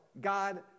God